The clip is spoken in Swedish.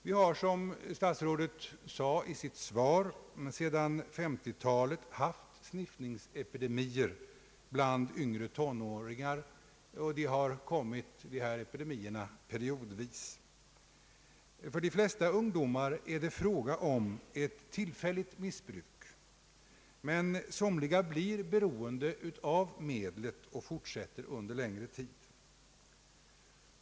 Vi har, som statsrådet sade i sitt svar, sedan 1950-talet haft sniffningsepidemier bland yngre tonåringar, och de har kommit periodvis. För de flesta ungdomar är det fråga om ett tillfälligt missbruk, men somliga blir beroende av medlet och fortsätter under längre tid.